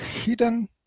hidden